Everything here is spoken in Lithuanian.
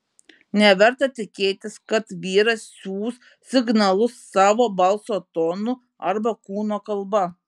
neverta tikėtis kad vyras siųs signalus savo balso tonu arba kūno kalba